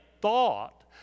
thought